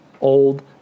old